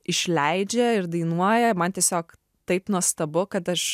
išleidžia ir dainuoja man tiesiog taip nuostabu kad aš